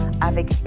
avec